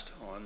on